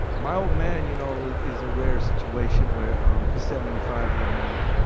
my old man, you know, is is a rare situation where um he's seventy five right now.